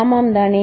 ஆமாம் தானே